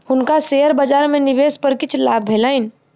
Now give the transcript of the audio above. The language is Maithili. हुनका शेयर बजार में निवेश पर किछ लाभ भेलैन